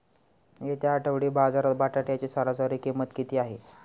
येत्या आठवडी बाजारात बटाट्याची सरासरी किंमत किती आहे?